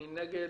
מי נגד?